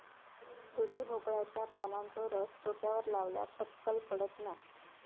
दुधी भोपळ्याच्या पानांचो रस डोक्यावर लावल्यार टक्कल पडत नाय